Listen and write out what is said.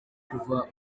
kuva